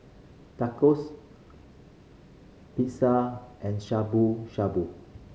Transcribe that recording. Tacos Pizza and Shabu Shabu